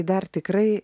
dar tikrai